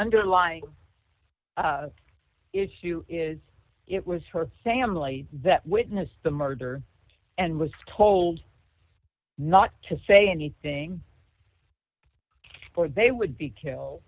underlying issue is it was her sam lee that witnessed the murder and was told not to say anything or they would be killed